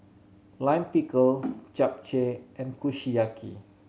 Lime Pickle Japchae and Kushiyaki